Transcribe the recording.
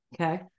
Okay